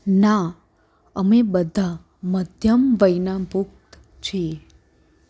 ના અમે બધા મધ્યમ વયના પુખ્ત છીએ